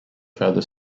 further